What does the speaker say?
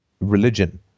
religion